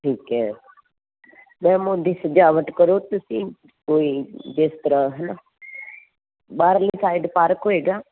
ਠੀਕ ਹੈ ਮੈਮ ਉਹਦੀ ਸਜਾਵਟ ਕਰੋ ਤੁਸੀਂ ਕੋਈ ਜਿਸ ਤਰ੍ਹਾਂ ਹੈ ਨਾ ਬਾਹਰਲੀ ਸਾਈਡ ਪਾਰਕ ਹੋਏਗਾ